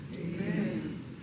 Amen